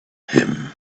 him